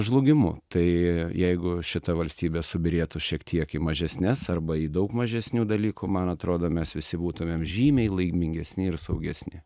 žlugimu tai jeigu šita valstybė subyrėtų šiek tiek į mažesnes arba į daug mažesnių dalykų man atrodo mes visi būtumėm žymiai laimingesni ir saugesni